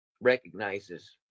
recognizes